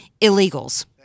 Illegals